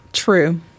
True